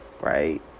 right